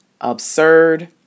absurd